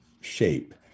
shape